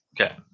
Okay